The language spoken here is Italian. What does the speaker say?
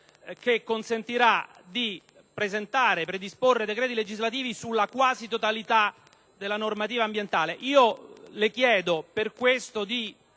che consentira di predisporre decreti legislativi sulla quasi totalitadella normativa ambientale.